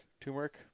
Turmeric